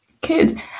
Good